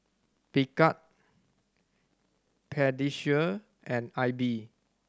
Picard Pediasure and Aibi